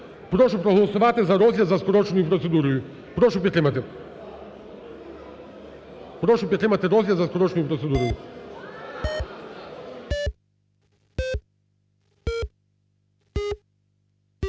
Прошу проголосувати за розгляд за скороченою процедурою. Прошу підтримати. Прошу підтримати розгляд за скороченою процедурою.